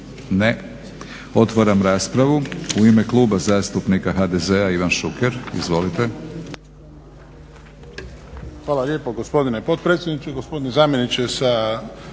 Ne. Otvaram raspravu. U ime Kluba zastupnika HDZ-a Ivan Šuker. Izvolite.